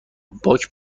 باک